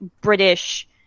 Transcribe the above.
British